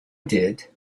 did